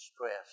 stress